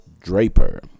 draper